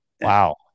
Wow